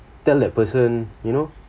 tell that person you know